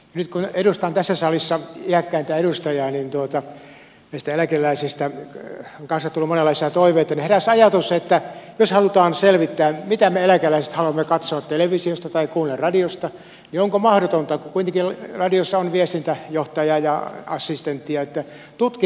nyt kun edustan tässä salissa iäkkäitä kansalaisia myös meiltä eläkeläisiltä on tullut monenlaisia toiveita heräsi ajatus että jos halutaan selvittää mitä me eläkeläiset haluamme katsoa televisiosta tai kuunnella radiosta niin onko mahdotonta kun kuitenkin radiossa on viestintäjohtajaa ja assistenttia että tutkittaisiin asia